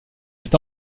est